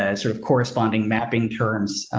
ah sort of corresponding mapping terms.